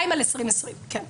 200 על 2020. כן.